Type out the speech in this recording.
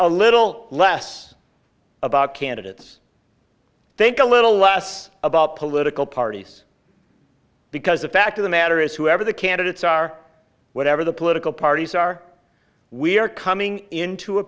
a little less about candidates think a little less about political parties because the fact of the matter is whoever the candidates are whatever the political parties are we are coming into a